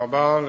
תודה רבה.